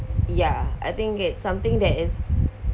ya I think it's something that is